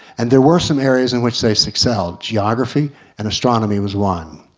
and there were some areas, in which they so excelled, geography and astronomy was one.